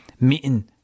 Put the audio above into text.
meeting